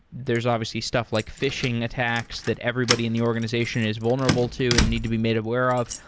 there's obviously stuff like phishing attacks that everybody in the organization is vulnerable to and need to be made aware of.